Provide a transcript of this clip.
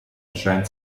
erscheint